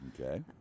Okay